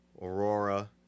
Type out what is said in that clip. Aurora